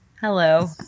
Hello